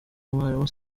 umwalimu